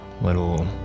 little